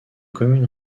commune